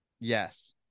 Yes